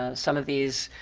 ah some of these